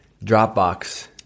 Dropbox